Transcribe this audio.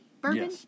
bourbon